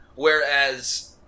Whereas